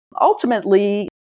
Ultimately